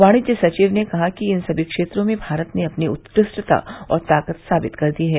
वाणिज्य सचिव ने कहा कि इन समी क्षेत्रों में भारत ने अपनी उत्कृष्टता और ताकत साबित कर दी है